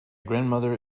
grandmother